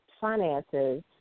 finances